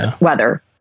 weather